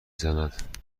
زند